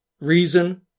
reason